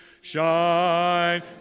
Shine